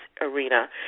arena